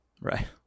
Right